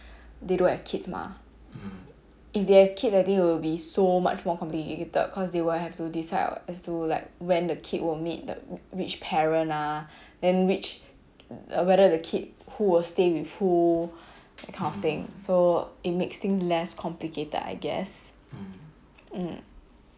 they don't have kids mah if they have kids I think it will be so much more complicated because they will have to decide as to like when the kid will meet the which parent ah then which whether the kid who will stay with who that kind of thing so it makes things less complicated I guess mm